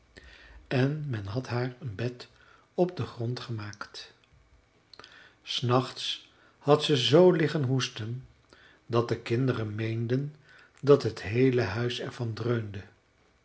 en men had haar een bed op den grond gemaakt s nachts had ze zoo liggen hoesten dat de kinderen meenden dat het heele huis er van dreunde